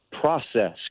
process